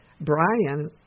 Brian